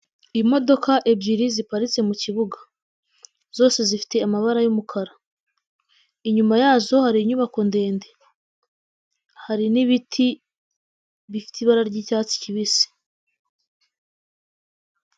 Imodoka ebyiri ziparitse mu kibuga, zose zifite amabara y'umukara, inyuma yazo hari inyubako ndende, hari n'ibiti bifite ibara ry'icyatsi kibisi.